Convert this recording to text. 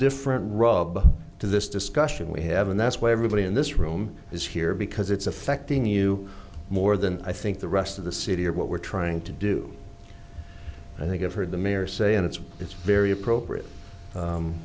different rob to this discussion we have and that's why everybody in this room is here because it's affecting you more than i think the rest of the city or what we're trying to do i think i've heard the mayor say and it's it's very appropriate